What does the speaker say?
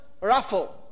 Raffle